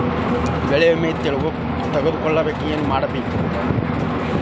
ಬೆಳೆ ವಿಮೆ ತಗೊಳಾಕ ಏನ್ ಮಾಡಬೇಕ್ರೇ?